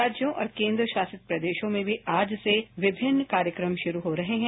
राज्यों और केन्द्रशासित प्रदेशों में भी आज से विभिन्न कार्यक्रम शुरू हो रहे हैं